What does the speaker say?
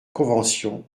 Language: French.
convention